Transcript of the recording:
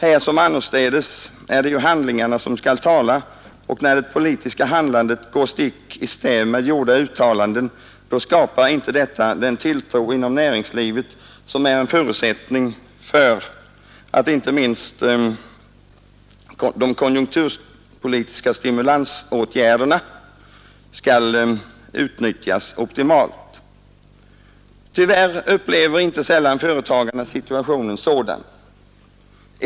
Här som annorstädes är det handlingarna som talar, och när det politiska handlandet går stick i stäv med gjorda uttalanden skapas inte inom näringslivet den tilltro som är en förutsättning för att inte minst konjukturpolitiska stimulansåtgärder skall utnyttjas optimalt. Tyvärr upplever företagarna inte sällan situationen så.